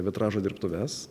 vitražo dirbtuves